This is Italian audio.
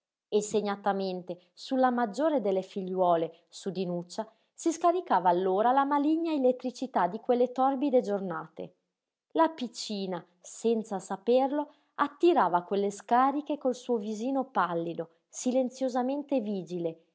e segnatamente sulla maggiore delle figliuole su dinuccia si scaricava allora la maligna elettricità di quelle torbide giornate la piccina senza saperlo attirava quelle scariche col suo visino pallido silenziosamente vigile